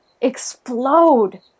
explode